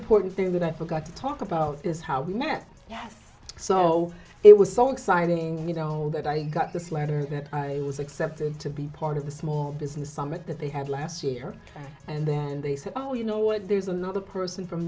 of porton things that i forgot to talk about is how we met yes so it was so exciting you know that i got this letter that i was accepted to be part of the small business summit that they had last year and then they said oh you know what there's another person from